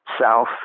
south